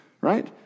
Right